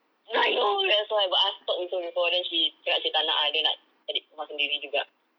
I know that's why but I've talked to her before then she cakap dia tak nak ah she nak cari rumah sendiri juga